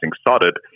started